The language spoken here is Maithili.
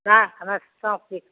हँ हमरा सब चीज